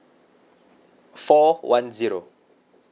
four one zero